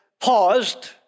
paused